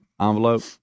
envelope